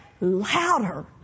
louder